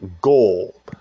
goal